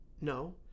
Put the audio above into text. No